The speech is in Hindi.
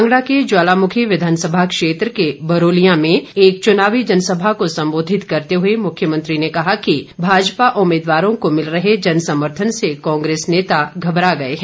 कांगड़ा के ज्वालामुखी विधानसभा क्षेत्र के बरोलियां में एक चुनावी जनसभा को संबोधित करते हुए मुख्यमंत्री ने कहा कि भाजपा उम्मीदवारों को मिल रहे जन समर्थन से कांग्रेस नेता घबरा गए हैं